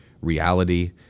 reality